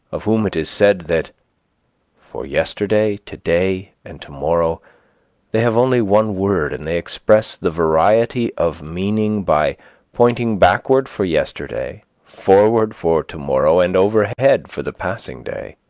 of whom it is said that for yesterday, today, and tomorrow they have only one word, and they express the variety of meaning by pointing backward for yesterday forward for tomorrow, and overhead for the passing day.